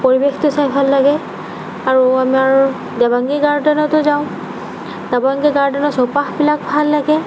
পৰিৱেশটো চাই ভাল লাগে আৰু আমাৰ দেবাংগী গাৰ্ডেনতো যাওঁ দেবাংগী গাৰ্ডেনৰ চৌপাশবিলাক ভাল লাগে